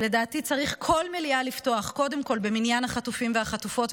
שלדעתי כל מליאה צריך לפתוח קודם כול במניין החטופים והחטופות,